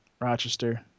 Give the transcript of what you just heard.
Rochester